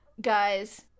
guys